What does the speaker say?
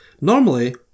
Normally